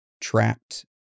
trapped